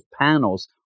panels